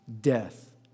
death